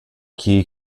key